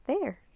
There